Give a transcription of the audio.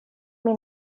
min